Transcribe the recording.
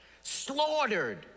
slaughtered